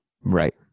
Right